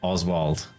Oswald